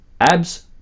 abs